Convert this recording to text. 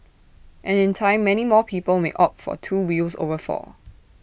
and in time many more people may opt for two wheels over four